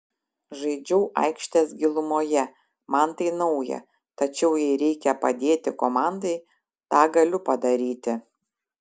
žaidžiau aikštės gilumoje man tai nauja tačiau jei reikia padėti komandai tą galiu padaryti